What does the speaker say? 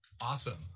Awesome